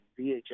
VHS